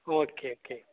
okay okay